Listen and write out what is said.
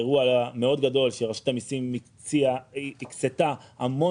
אירוע מאוד גדול שרשות המיסים הקצתה המון